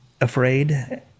afraid